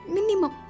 Minimum